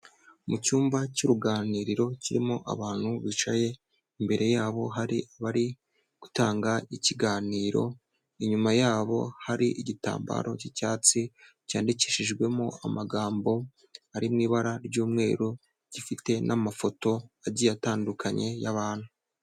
Mu cyumba cy'uruganiriro kirimo abantu bicaye, imbere yabo hari abari gutanga ikiganiro, inyuma yabo hari igitambaro cy'icyatsi cyandikishijwemo amagambo ari mu ibara ry'umweru, gifite n'amafoto agiye atandukanye y'abantu.